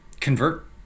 convert